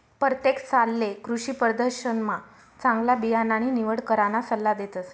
परतेक सालले कृषीप्रदर्शनमा चांगला बियाणानी निवड कराना सल्ला देतस